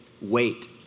Wait